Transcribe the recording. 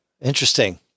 Interesting